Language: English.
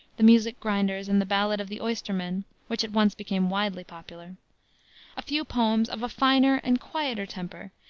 the music grinders, and the ballad of the oysterman which at once became widely popular a few poems of a finer and quieter temper,